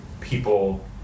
people